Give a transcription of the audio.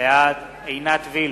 בעד עינת וילף,